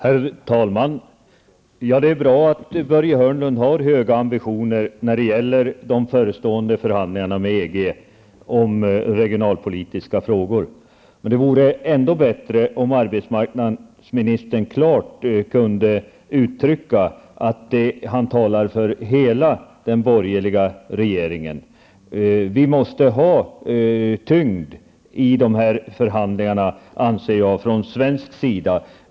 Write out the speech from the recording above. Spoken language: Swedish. Herr talman! Det är bra att Börje Hörnlund har höga ambitioner när det gäller de förestående förhandlingarna med EG om regionalpolitiken. Men det vore ännu bättre om arbetsmarknadsministern klart kunde uttrycka att han talar för hela den borgerliga regeringen. Jag anser att vi från svensk sida måste ha tyngd i dessa förhandlingar.